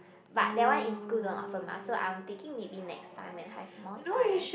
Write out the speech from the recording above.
but that one in school don't offer mah so I'm thinking maybe next time when have more time